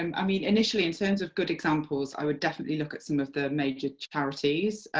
um i mean initially in terms of good examples i would definitely look at some of the major charities,